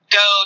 go